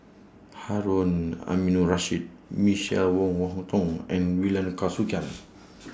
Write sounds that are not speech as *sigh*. Harun Aminurrashid Michael Wong Wong Hong Teng and *unintelligible* Kausikan *noise*